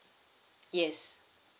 yes